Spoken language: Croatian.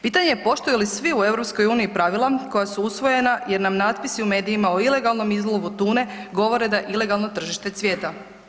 Pitanje je poštuju li svi u EU pravila koja su usvojena, jer nam natpisi u medijima o ilegalnom izlovu tune govore da ilegalno tržište cvjeta.